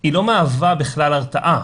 היא לא מהווה בכלל הרתעה.